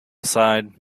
side